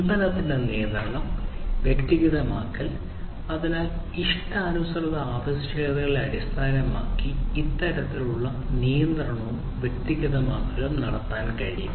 ഉൽപ്പന്നത്തിന്റെ നിയന്ത്രണം വ്യക്തിഗതമാക്കൽ അതിനാൽ ഇഷ്ടാനുസൃത ആവശ്യകതകളെ അടിസ്ഥാനമാക്കി ഇത്തരത്തിലുള്ള നിയന്ത്രണവും വ്യക്തിഗതമാക്കലും നടത്താൻ കഴിയും